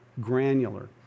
granular